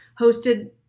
hosted